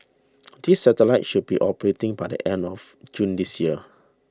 these satellites should be operating by the end of June this year